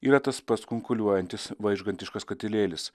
yra tas pats kunkuliuojantis vaižgantiškas katilėlis